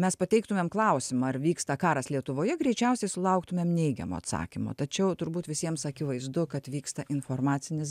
mes pateiktumėm klausimą ar vyksta karas lietuvoje greičiausiai sulauktumėm neigiamo atsakymo tačiau turbūt visiems akivaizdu kad vyksta informacinis